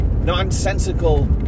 nonsensical